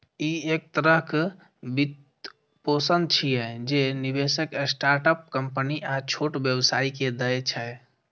ई एक तरहक वित्तपोषण छियै, जे निवेशक स्टार्टअप कंपनी आ छोट व्यवसायी कें दै छै